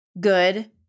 good